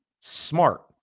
smart